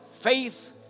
faith